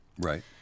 Right